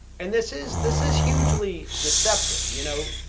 and this is, this is hugely deceptive. you know,